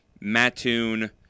Mattoon